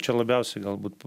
čia labiausiai galbūt